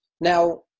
Now